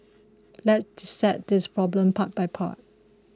let's dissect this problem part by part